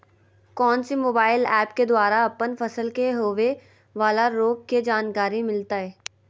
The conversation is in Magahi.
कौन सी मोबाइल ऐप के द्वारा अपन फसल के होबे बाला रोग के जानकारी मिलताय?